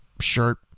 shirt